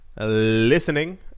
listening